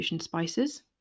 spices